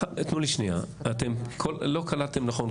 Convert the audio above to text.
לא קלעתם נכון.